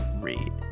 read